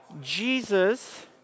Jesus